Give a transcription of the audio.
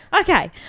Okay